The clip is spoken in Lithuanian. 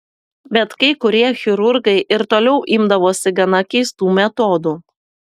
bet kai kurie chirurgai ir toliau imdavosi gana keistų metodų